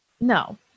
No